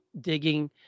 digging